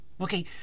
Okay